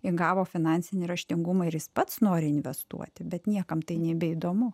įgavo finansinį raštingumą ir jis pats nori investuoti bet niekam tai nebeįdomu